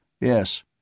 Yes